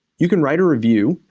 you can write a review,